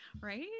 Right